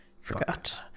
Forgot